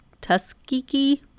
Tuskegee